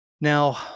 now